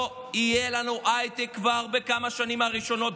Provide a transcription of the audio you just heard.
לא יהיה לנו הייטק כבר בכמה השנים הבאות,